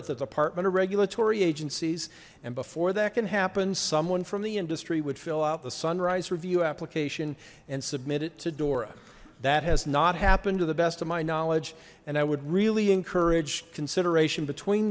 at the department of regulatory agencies and before that can happen someone from the industry would fill out the sunrise review application and submit it to dora that has not happened to the best of my knowledge and i would really encourage consideration between